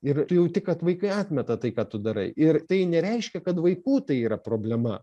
ir tu jauti kad vaikai atmeta tai ką tu darai ir tai nereiškia kad vaikų tai yra problema